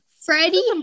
Freddie